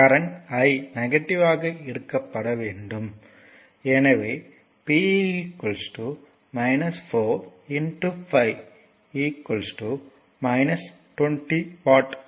current I நெகட்டிவ்யாக எடுக்கப்பட வேண்டும் எனவே p 4 5 20 வாட் ஆகும்